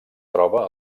troba